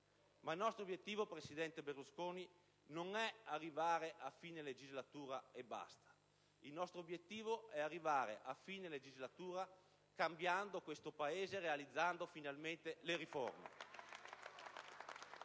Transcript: Il nostro obiettivo, però, presidente Berlusconi, non è arrivare a fine legislatura e basta. Il nostro obiettivo è arrivare a fine legislatura cambiando il Paese e realizzando finalmente le riforme.